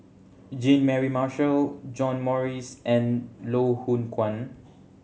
Jean Mary Marshall John Morrice and Loh Hoong Kwan